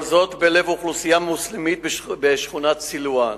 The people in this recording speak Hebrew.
כל זאת בלב אוכלוסייה מוסלמית בשכונת סילואן.